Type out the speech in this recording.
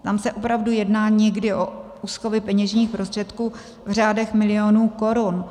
Tam se opravdu jedná někdy o úschovy peněžních prostředků v řádech milionů korun.